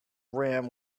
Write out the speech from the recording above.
rim